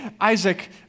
Isaac